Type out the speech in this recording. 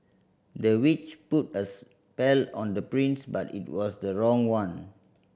the witch put a spell on the prince but it was the wrong one